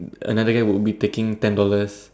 another guy would be taking ten dollars